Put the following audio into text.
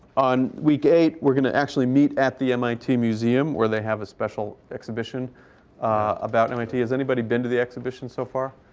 on week eight, we're going to actually meet at the mit museum where they have a special exhibition about mit. has anybody been to the exhibition so far?